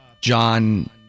John